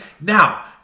now